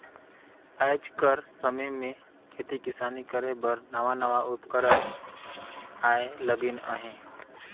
आएज कर समे में खेती किसानी करे बर नावा नावा उपकरन आए लगिन अहें